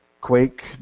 Quake